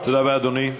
תודה רבה, אדוני.